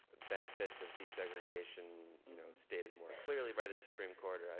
benefits of desegregation, you know, stated more clearly by the supreme court.